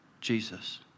Jesus